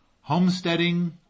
homesteading